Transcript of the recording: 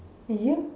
you